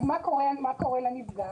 אז מה קורה לנפגע